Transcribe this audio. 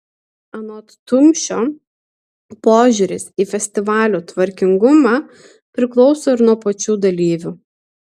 anot tumšio požiūris į festivalių tvarkingumą priklauso ir nuo pačių dalyvių